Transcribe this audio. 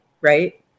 right